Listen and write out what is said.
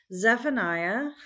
Zephaniah